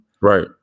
right